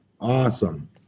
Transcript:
awesome